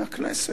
מהכנסת.